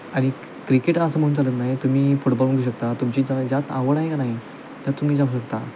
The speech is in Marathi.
आणिक क्रिकेट आ असं म्हणून चालत नाही हो तुम्ही फुटबॉल म्हणू शकता तुमची जा ज्यात आवड आहे का नाही त्यात तुम्ही जाऊ शकता